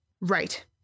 Right